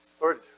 Lord